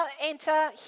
enter